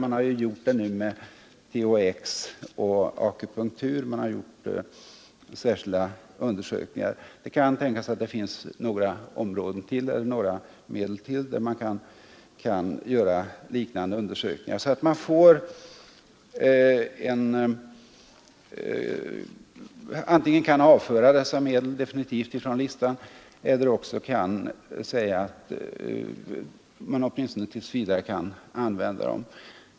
Man har ju nu gjort särskilda undersökningar om THX och akupunktur. Det kan tänkas att det finns ytterligare några medel eller områden där man kan göra liknande undersökningar, så att man antingen kan avföra dessa medel definitivt från listan eller också kan säga att de åtminstone tills vidare kan användas.